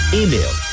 email